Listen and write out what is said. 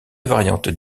variante